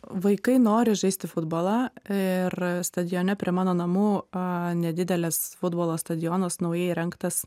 vaikai nori žaisti futbolą ir stadione prie mano namų a nedideles futbolo stadionas naujai įrengtas